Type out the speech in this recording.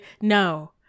No